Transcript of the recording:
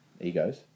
Egos